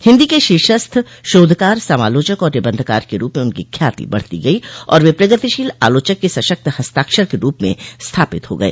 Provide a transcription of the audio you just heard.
हिन्दी के शीर्षस्थ शोधकार समालोचक और निबंधकार के रूप में उनकी ख्याति बढ़ती गई और वे प्रगतिशील आलोचना के सशक्त हस्ताक्षर के रूप में स्थापित हो गए